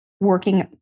Working